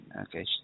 Okay